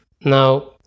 Now